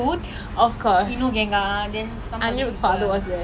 okay we saw um havoc brothers psychomanthra